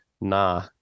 nah